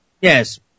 Yes